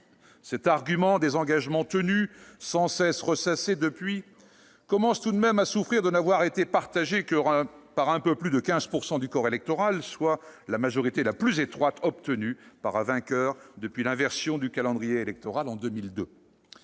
Cet argument des « engagements tenus », sans cesse ressassé depuis, commence tout de même à souffrir de n'avoir été partagé que par un peu plus de 15 % du corps électoral, soit la majorité la plus étroite obtenue par un vainqueur depuis l'inversion du calendrier électoral en 2002.